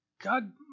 God